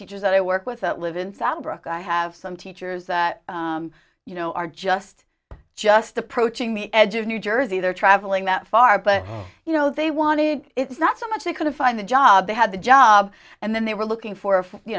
teachers i work with that live in south brook i have some teachers that you know are just just approaching the edge of new jersey they're traveling that far but you know they want it it's not so much they couldn't find a job they had the job and then they were looking for a